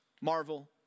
marvel